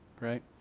right